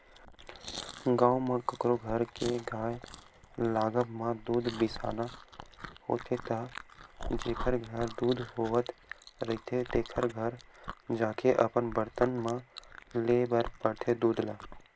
गाँव म कखरो घर के गाय लागब म दूद बिसाना होथे त जेखर घर दूद होवत रहिथे तेखर घर जाके अपन बरतन म लेय बर परथे दूद ल